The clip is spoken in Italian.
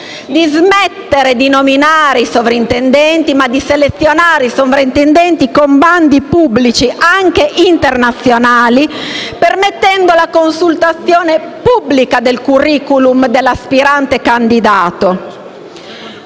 meno la nomina dei sovrintendenti, selezionandoli invece con bandi pubblici, anche internazionali, permettendo la consultazione pubblica del *curriculum* dell'aspirante candidato.